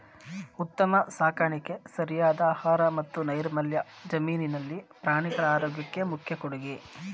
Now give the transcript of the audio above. ಉತ್ತಮ ಸಾಕಾಣಿಕೆ ಸರಿಯಾದ ಆಹಾರ ಮತ್ತು ನೈರ್ಮಲ್ಯ ಜಮೀನಿನಲ್ಲಿ ಪ್ರಾಣಿಗಳ ಆರೋಗ್ಯಕ್ಕೆ ಮುಖ್ಯ ಕೊಡುಗೆ